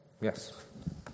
Yes